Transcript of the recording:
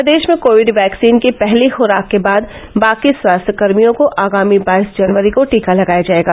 प्रदेश में covid vaccine की पहली खुराक के बाद बाकी स्वास्थ्य कर्मियों को आगामी बाईस जनवरी को टीका लगाया जाएगा